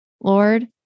Lord